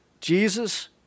Jesus